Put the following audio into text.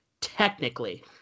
technically